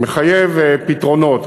מחייב פתרונות.